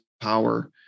power